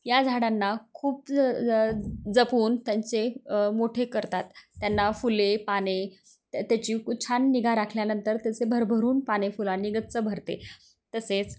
या झाडांना खूप जपून त्यांचे मोठे करतात त्यांना फुले पाने त्याची छान निगा राखल्यानंतर त्याचे भरभरून पाने फुलांनी गच्च भरते तसेच